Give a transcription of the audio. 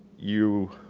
you